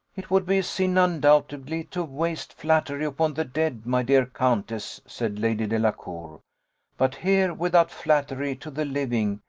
it would be a sin, undoubtedly, to waste flattery upon the dead, my dear countess, said lady delacour but here, without flattery to the living,